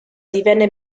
divenne